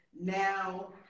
Now